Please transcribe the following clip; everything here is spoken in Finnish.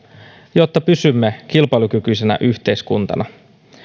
jotta pysymme kilpailukykyisenä yhteiskuntana